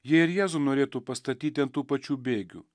jie ir jėzų norėtų pastatyti ant tų pačių bėgių